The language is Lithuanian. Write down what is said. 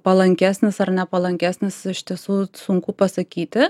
palankesnis ar nepalankesnis iš tiesų sunku pasakyti